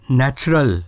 natural